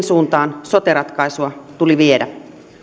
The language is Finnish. suuntaan sote ratkaisua tuli viedä